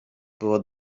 było